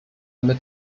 mit